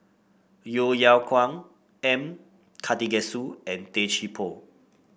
Yeo Yeow Kwang M Karthigesu and Tay Chee Toh